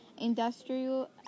industrial